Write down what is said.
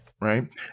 Right